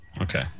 Okay